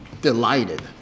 Delighted